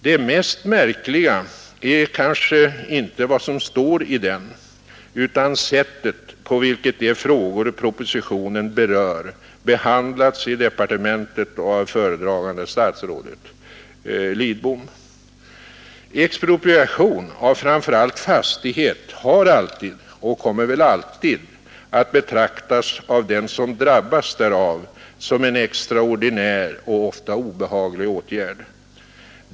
Det mest märkliga är ändå kanske inte vad som står i den utan sättet på vilket de frågor propositionen berör behandlats i departementet och av föredragande statsrådet Lidbom. Expropriation av framför allt fastighet har alltid och kommer väl alltid att av den som drabbas därav betraktas som en extraordinär och ofta obehaglig åtgärd.